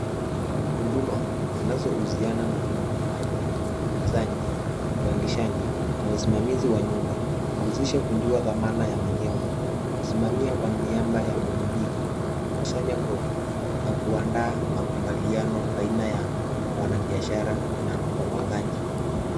Huduma zinazohusiana na ununuaji, uuzaji, upangishaji na usimamizi wa nyumba. Huhusisha kujua thamana ya majengo, kusimamia kwa niaba ya mmiliki, kukusanya kodi na kuandaa makubiliano baina ya wanabiashara na wapangaji.